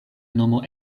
nomo